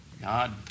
God